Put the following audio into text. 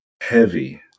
heavy